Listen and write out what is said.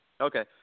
Okay